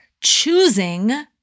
choosing